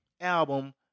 album